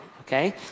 okay